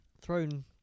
thrown